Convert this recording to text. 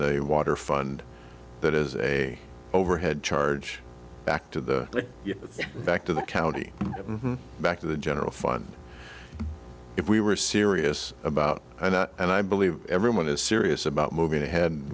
the water fund that is a overhead charge back to the back to the county back to the general fund if we were serious about and and i believe everyone is serious about moving ahead